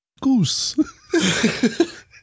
Goose